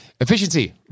Efficiency